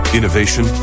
Innovation